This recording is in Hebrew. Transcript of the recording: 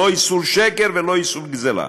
לא איסור שקר ולא איסור גזלה,